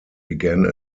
began